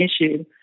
issue